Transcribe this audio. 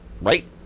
right